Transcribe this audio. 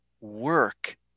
work